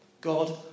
God